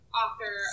author